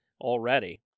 already